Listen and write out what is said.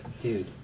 dude